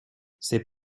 ses